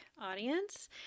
audience